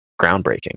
groundbreaking